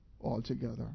altogether